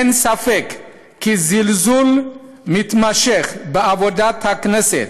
אין ספק כי זלזול מתמשך בעבודת הכנסת